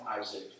Isaac